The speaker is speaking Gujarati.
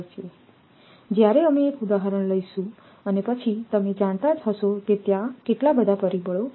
તેથી જ્યારે અમે એક ઉદાહરણ લઈશું પછી તમે જાણતા હશો કે ત્યાં કેટલા બધા પરિબળો છે